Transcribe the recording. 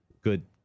good